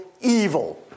evil